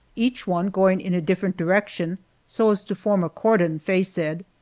each one going in a different direction so as to form a cordon, faye said,